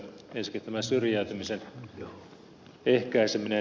ensinkin tämä syrjäytymisen ehkäiseminen